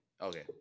Okay